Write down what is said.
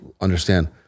understand